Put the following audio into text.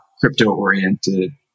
crypto-oriented